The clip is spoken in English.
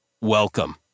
welcome